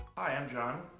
i'm jon.